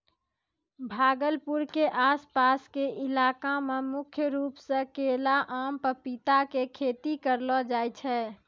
भागलपुर के आस पास के इलाका मॅ मुख्य रूप सॅ केला, आम, पपीता के खेती करलो जाय छै